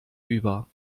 über